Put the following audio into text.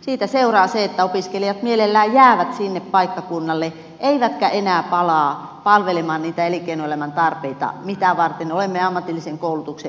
siitä seuraa se että opiskelijat mielellään jäävät sinne paikkakunnalle eivätkä enää palaa palvelemaan niitä elinkeinoelämän tarpeita mitä varten olemme ammatillisen koulutuksen järjestäneet